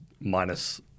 minus